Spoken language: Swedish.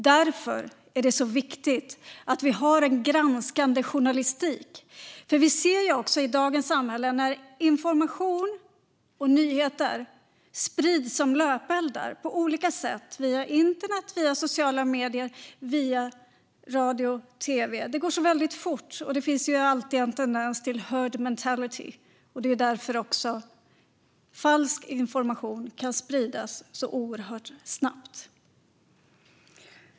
Därför är det också viktigt att vi har en granskande journalistik. Vi ser ju i dagens samhälle hur information och nyheter sprids som löpeldar på olika sätt - via internet, via sociala medier och via radio och tv. Det går så väldigt fort, och det finns alltid en tendens till herd mentality. Det är därför även falsk information kan spridas så oerhört snabbt.